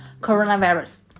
coronavirus